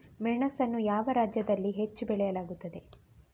ಮೆಣಸನ್ನು ಯಾವ ರಾಜ್ಯದಲ್ಲಿ ಹೆಚ್ಚು ಬೆಳೆಯಲಾಗುತ್ತದೆ?